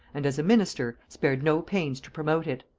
and, as a minister, spared no pains to promote it.